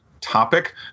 topic